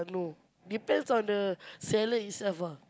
no depends on the seller itself ah